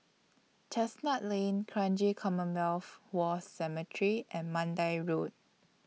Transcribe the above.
Chestnut Lane Kranji Commonwealth War Cemetery and Mandai Road